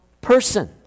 person